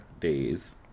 days